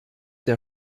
der